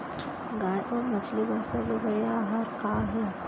गाय अऊ मछली बर सबले बढ़िया आहार का हे?